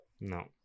No